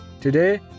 Today